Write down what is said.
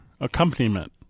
Accompaniment